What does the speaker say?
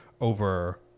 over